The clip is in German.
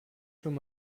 schon